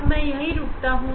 अब मैं यही रुकता हूं